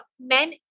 men